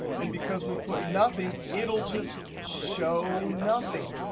and because we put nothing, it'll just show nothing.